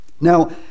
Now